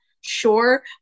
sure